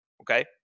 okay